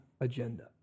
agenda